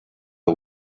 the